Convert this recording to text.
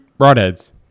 broadheads